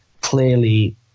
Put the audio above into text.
clearly